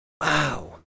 Wow